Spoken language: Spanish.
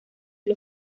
los